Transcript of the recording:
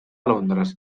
londres